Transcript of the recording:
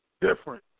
different